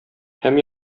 һәм